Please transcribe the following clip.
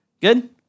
Good